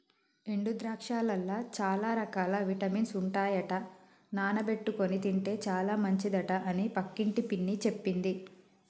ఎండు ద్రాక్షలల్ల చాల రకాల విటమిన్స్ ఉంటాయట నానబెట్టుకొని తింటే చాల మంచిదట అని పక్కింటి పిన్ని చెప్పింది